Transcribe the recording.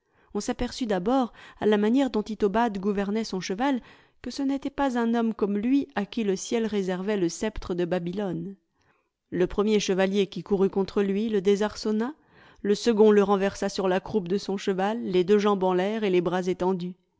on s'aperçut d'abord à la manière dont itobad gouvernait son cheval que ce n'était pas un homme comme lui à qui le ciel réservait le sceptre de babylone le premier chevalier qui courut contre lui le désarçonna le second le renversa sur la croupe de son cheval les deux jambes en l'air et les bras étendus